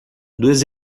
duas